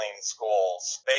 schools